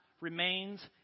remains